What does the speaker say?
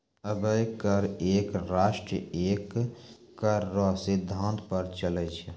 अबै कर एक राष्ट्र एक कर रो सिद्धांत पर चलै छै